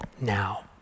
now